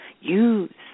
Use